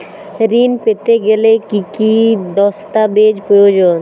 ঋণ পেতে গেলে কি কি দস্তাবেজ প্রয়োজন?